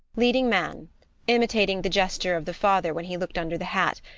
leading man imitating the gesture of the father when he looked under the hat,